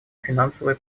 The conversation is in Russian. финансовая